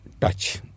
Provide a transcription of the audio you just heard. touch